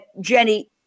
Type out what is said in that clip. Jenny